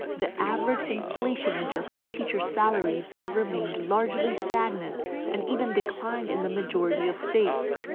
the average inflation adjusted teacher salaries have remained largely stagnant and even declined in the majority of states.